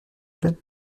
plait